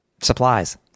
supplies